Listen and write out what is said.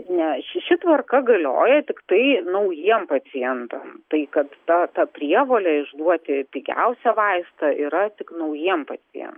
ne ši ši tvarka galioja tiktai naujiem pacientam tai kad ta ta prievolė išduoti pigiausią vaistą yra tik naujiem pacien